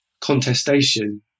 contestation